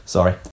Sorry